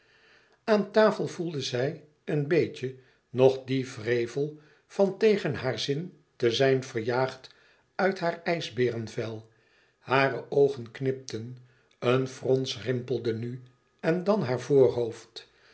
aan tafel voelde zij een beetje nog dien wrevel van tegen haar zin te zijn verjaagd uit haar ijsbeerenvel hare oogen knipten een frons rimpelde nu en dan haar voorhoofd